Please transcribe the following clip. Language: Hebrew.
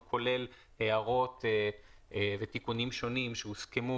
הוא כולל הערות ותיקונים שונים שהוסכמו